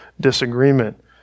disagreement